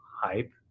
hype